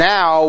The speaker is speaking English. Now